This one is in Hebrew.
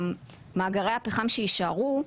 מאגרי הפחם שיישארו,